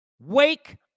Wake